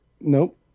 Nope